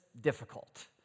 difficult